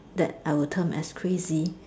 that I would term as crazy